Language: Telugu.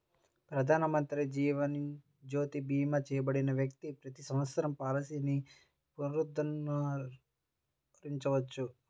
ప్రధానమంత్రి జీవన్ జ్యోతి భీమా చేయబడిన వ్యక్తి ప్రతి సంవత్సరం పాలసీని పునరుద్ధరించవచ్చు